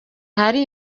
ahari